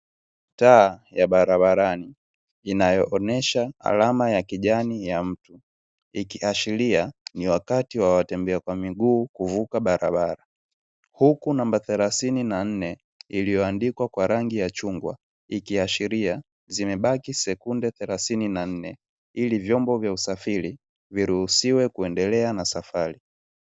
Taa ya barabarani inayo onyoshe alama ya kijani ikiashiria ni wakati wa watembea kwa miguu kuvuka barabara, huku namba thelathini na nne iliyoandikwa kwa rangi ya chungwa kiashiria zimebaki sekunde therathini na nne ilivyombo vya usafiri viruhusiwe kuendelea na sarafi.